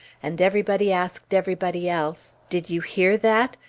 and everybody asked everybody else, did you hear that?